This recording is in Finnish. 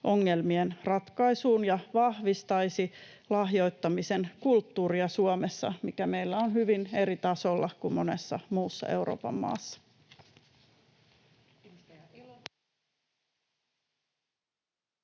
ongelmien ratkaisuun ja vahvistaisi Suomessa lahjoittamisen kulttuuria, joka meillä on hyvin eri tasolla kuin monessa muussa Euroopan maassa.